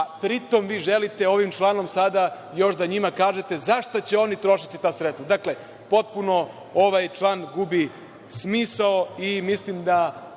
pritom vi želite ovim članom sada još da njima kažete za šta će oni trošiti ta sredstva. Dakle, potpuno ovaj član gubi smisao i mislim da,